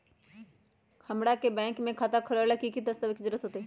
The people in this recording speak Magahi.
हमरा के बैंक में खाता खोलबाबे ला की की दस्तावेज के जरूरत होतई?